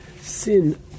sin